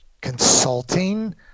consulting